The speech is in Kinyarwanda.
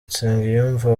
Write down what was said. nsengiyumva